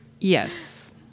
yes